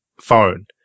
phone